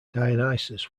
dionysus